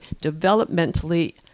developmentally